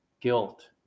guilt